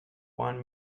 one